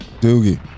Doogie